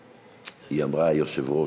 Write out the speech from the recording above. שר.